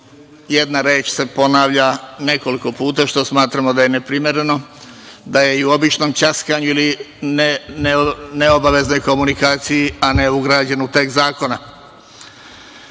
jedna reč se ponavlja nekoliko puta, što smatramo da je neprimereno, da je i u običnom ćaskanju ili neobaveznoj komunikaciju, a ne ugrađeno u tekst zakona.U